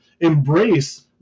embrace